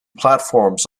platforms